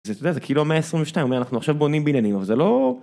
אתה יודע, זה כאילו המאה ה22, אנחנו עכשיו בונים בניינים, אבל זה לא